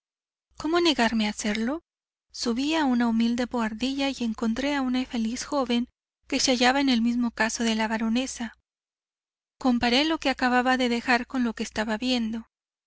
cómo negarme a hacerlo subí a una humilde boardilla y encontré a una infeliz joven que se hallaba en el mismo caso que la baronesa comparé lo que acababa de dejar con lo que estaba viendo